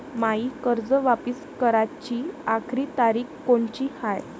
मायी कर्ज वापिस कराची आखरी तारीख कोनची हाय?